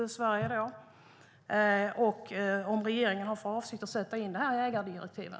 Har regeringen för avsikt att sätta in detta i ägardirektiven?